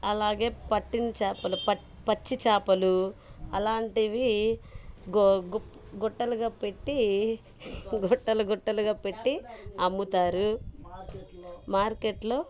అలాగే పట్టించాపలు పచ్చి చాపలు అలాంటివి గు గుట్టలుగా పెట్టి గుట్టలు గుట్టలుగా పెట్టి అమ్ముతారు మార్కెట్లో